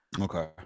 Okay